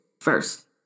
first